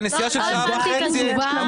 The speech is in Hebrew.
מה